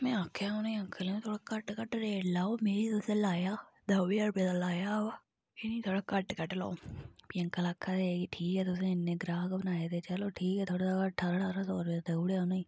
में आखेआ उ'नें अंकलै थोह्ड़ा घट्ट घट्ट रेट लाओ मीं तुसें लाया द'ऊं ज्हार रपे दा लाया बा इ'नें गी थोह्ड़ा घट्ट घट्ट लाओ भी अंकल आक्खा दे हे कि ठीक ऐ तुसें इन्ने ग्राहक बनाए ते चलो ठीक ऐ थोह्ड़ा घट्ट ठारां ठारां सौ रपे दा देऊड़ेआ उ'नें गी